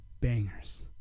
bangers